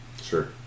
Sure